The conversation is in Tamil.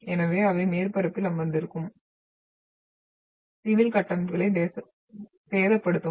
எனவே அவை மேற்பரப்பில் அமர்ந்திருக்கும் சிவில் கட்டமைப்புகளை சேதப்படுத்தும்